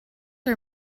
are